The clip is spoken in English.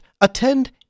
attend